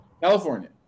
California